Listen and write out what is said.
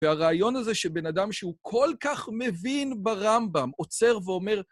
והרעיון הזה שבן אדם שהוא כל כך מבין ברמב״ם, עוצר ואומר...